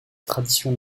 tradition